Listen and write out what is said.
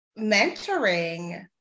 mentoring